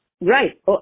Right